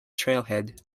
trailhead